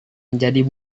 menjadi